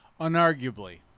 Unarguably